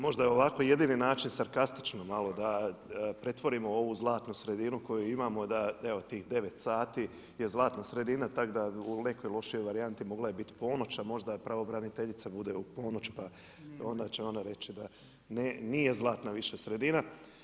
Možda je ovako jednini način sarkastično malo da pretvorimo ovu zlatnu sredinu koju imamo, evo tih 9 sati je zlatna sredina tako da u nekoj lošijoj varijanti mogla je biti ponoć, a možda pravobraniteljica bude u ponoć pa onda će ona reći da nije zlatna više sredina.